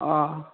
অঁ